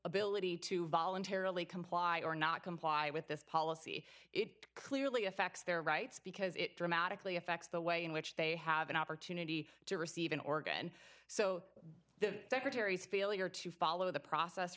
ability to voluntarily comply or not comply with this policy it clearly affects their rights because it dramatically affect the way in which they have an opportunity to receive an organ so the secretary's failure to follow the process